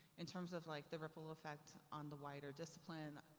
in terms of like, the ripple effect, on the wider discipline,